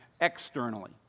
externally